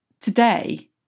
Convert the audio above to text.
today